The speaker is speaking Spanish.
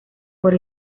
por